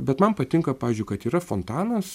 bet man patinka pavyzdžiui kad yra fontanas